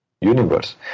universe